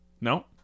no